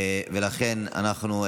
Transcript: ולכן אנחנו,